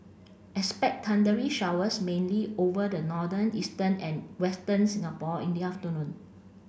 expect thundery showers mainly over the northern eastern and western Singapore in the afternoon